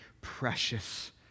precious